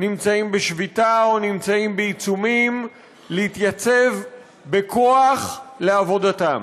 נמצאים בשביתה או נמצאים בעיצומים להתייצב בכוח לעבודתם.